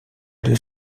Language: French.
deux